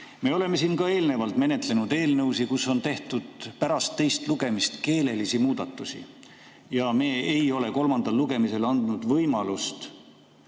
Me oleme siin ka eelnevalt menetlenud eelnõusid, kus on tehtud pärast teist lugemist keelelisi muudatusi ja me ei ole kolmandal lugemisel andnud võimalust